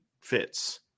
fits